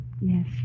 Yes